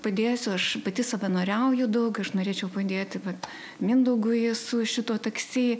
padėsiu aš pati savanoriauju daug aš norėčiau padėti vat mindaugui su šituo taksi